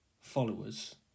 followers